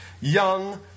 Young